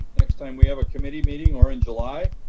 next time we have a committee meeting or in july,